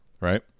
right